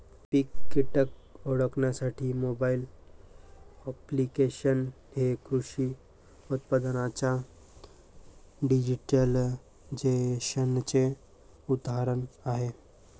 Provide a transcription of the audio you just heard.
पीक कीटक ओळखण्यासाठी mobile applications हे कृषी उत्पादनांच्या डिजिटलायझेशनचे उदाहरण आहे